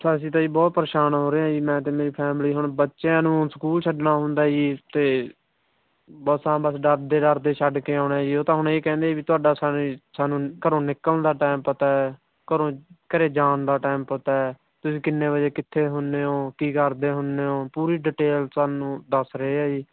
ਅਸੀਂ ਤਾਂ ਜੀ ਬਹੁਤ ਪਰੇਸ਼ਾਨ ਹੋ ਰਹੇ ਹਾਂ ਜੀ ਮੈਂ ਅਤੇ ਮੇਰੀ ਫੈਮਲੀ ਹੁਣ ਬੱਚਿਆਂ ਨੂੰ ਸਕੂਲ ਛੱਡਣਾ ਹੁੰਦਾ ਜੀ ਅਤੇ ਮਸਾਂ ਬਸ ਡਰਦੇ ਡਰਦੇ ਛੱਡ ਕੇ ਆਉਣਾ ਜੀ ਉਹ ਤਾਂ ਹੁਣ ਇਹ ਕਹਿੰਦੇ ਆ ਵੀ ਤੁਹਾਡਾ ਸਾਨੂੰ ਜੀ ਸਾਨੂੰ ਘਰੋਂ ਨਿਕਲਣ ਦਾ ਟਾਈਮ ਪਤਾ ਹੈ ਘਰੋਂ ਘਰੇ ਜਾਣ ਦਾ ਟਾਈਮ ਪਤਾ ਤੁਸੀਂ ਕਿੰਨੇ ਵਜੇ ਕਿੱਥੇ ਹੁੰਦੇ ਹੋ ਕੀ ਕਰਦੇ ਹੁੰਦੇ ਹੋ ਪੂਰੀ ਡਿਟੇਲ ਸਾਨੂੰ ਦੱਸ ਰਹੇ ਆ ਜੀ